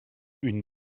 une